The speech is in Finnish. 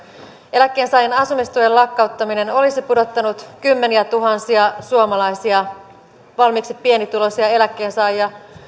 eläkkeensaajien asumistuen lakkauttaminen olisi pudottanut kymmeniätuhansia suomalaisia valmiiksi pienituloisia eläkkeensaajia